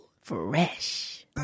Fresh